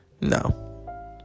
no